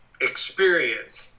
experience